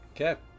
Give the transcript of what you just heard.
Okay